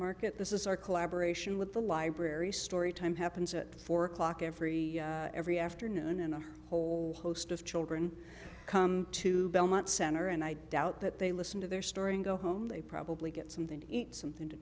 market this is our collaboration with the library storytime happens at four o'clock every every afternoon and a whole host of children come to belmont center and i doubt that they listen to their story and go home they probably get something to eat something to